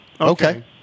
Okay